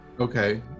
Okay